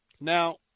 Now